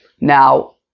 Now